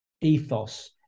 ethos